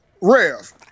Rev